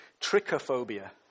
Trichophobia